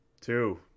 two